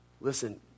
listen